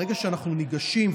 ברגע שאנחנו ניגשים,